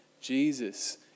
Jesus